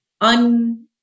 un